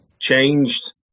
changed